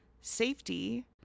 safety